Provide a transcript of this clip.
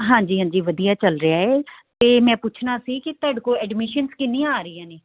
ਹਾਂਜੀ ਹਾਂਜੀ ਵਧੀਆ ਚੱਲ ਰਿਹਾ ਹੈ ਅਤੇ ਮੈਂ ਪੁੱਛਣਾ ਸੀ ਕਿ ਤੁਹਾਡੇ ਕੋਲ ਐਡਮਿਸ਼ਨਸ ਕਿੰਨੀਆਂ ਆ ਰਹੀਆਂ ਨੇ